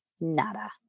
Nada